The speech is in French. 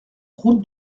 route